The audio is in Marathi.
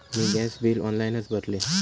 मी गॅस बिल ऑनलाइनच भरले